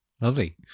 lovely